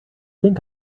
think